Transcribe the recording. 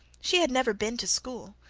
she had never been to school,